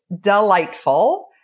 delightful